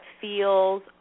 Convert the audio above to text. feels